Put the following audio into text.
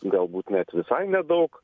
galbūt net visai nedaug